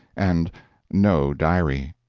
and no diary.